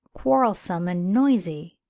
quarrelsome, and noisy,